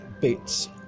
bits